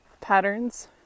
patterns